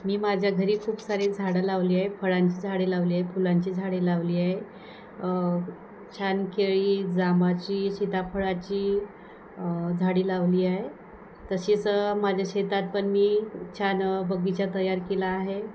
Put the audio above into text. मी माझ्या घरी खूप सारी झाडं लावली आहे फळांची झाडे लावली आहे फुलांची झाडे लावली आहे छान केळी जामाची सीताफळाची झाडे लावली आहे तसेच माझ्या शेतात पण मी छान बगीचा तयार केला आहे